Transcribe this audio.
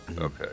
Okay